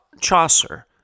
Chaucer